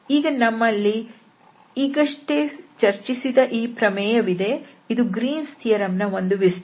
ಈಗ ನಮ್ಮಲ್ಲಿ ಈಗಷ್ಟೇ ಚರ್ಚಿಸಿದ ಈ ಪ್ರಮೇಯವಿದೆ ಇದು ಗ್ರೀನ್ಸ್ ಥಿಯರಂ Green's theorem ನ ಒಂದು ವಿಸ್ತರಣೆ